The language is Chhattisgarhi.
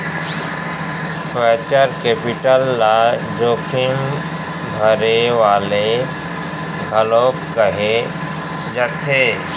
वैंचर कैपिटल ल जोखिम भरे वाले घलोक कहे जाथे